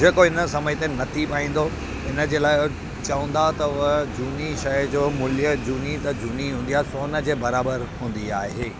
जेको हिन समय ते न थी पाईंदो हुनजे लाइ चवंदा अथव झूनी शइ जो मुल्य झूनी त झूनी हूंदी आहे सोन जे बराबरि हूंदी आहे